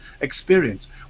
experience